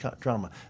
drama